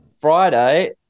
Friday